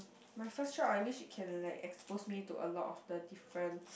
my first try I wish it can like expose me to a lot of the different